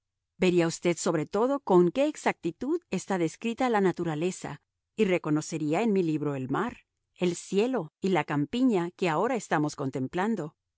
vería usted sobre todo con qué exactitud está descrita la naturaleza y reconocería en mi libro el mar el cielo y la campiña que ahora estamos contemplando